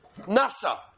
NASA